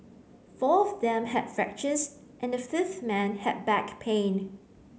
four of them had fractures and the fifth man had back pain